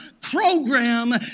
program